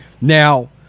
Now